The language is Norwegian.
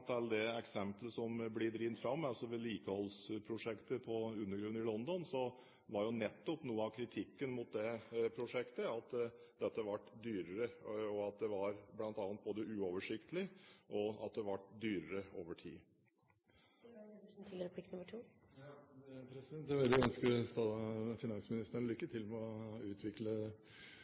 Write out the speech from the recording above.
til det eksemplet som blir trukket fram – altså vedlikeholdsprosjektet på undergrunnen i London – var jo nettopp noe av kritikken mot det prosjektet at det ble dyrere, bl.a. uoversiktlig og dyrere over tid. Jeg vil ønske finansministeren lykke til med å utvikle